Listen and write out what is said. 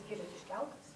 skyrius iškeltas